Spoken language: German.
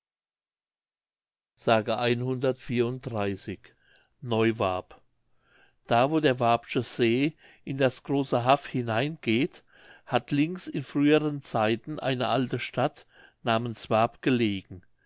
neuwarp da wo der warpsche see in das große haff hineingeht hat links in früheren zeiten eine alte stadt namens warp gelegen